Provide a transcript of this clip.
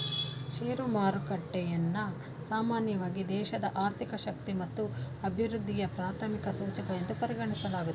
share ಮಾರುಕಟ್ಟೆಯನ್ನ ಸಾಮಾನ್ಯವಾಗಿ ದೇಶದ ಆರ್ಥಿಕ ಶಕ್ತಿ ಮತ್ತು ಅಭಿವೃದ್ಧಿಯ ಪ್ರಾಥಮಿಕ ಸೂಚಕ ಎಂದು ಪರಿಗಣಿಸಲಾಗುತ್ತೆ